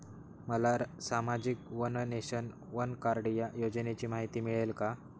मला सामाजिक one nation, one card या योजनेची माहिती मिळेल का?